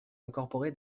incorporé